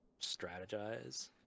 strategize